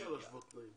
אי אפשר להשוות תנאים.